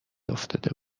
افتاده